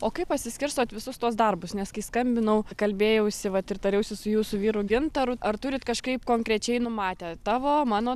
o kaip pasiskirstot visus tuos darbus nes kai skambinau kalbėjausi vat ir tariausi su jūsų vyru gintaru ar turit kažkaip konkrečiai numatę tavo mano